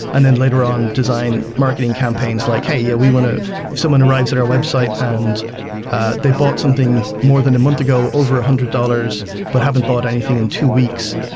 and then later on, design marketing campaigns like, hey, yeah we went to if someone arrives at our website and they bought something more than a month ago over a hundred dollars but haven't bought anything in two weeks.